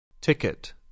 Ticket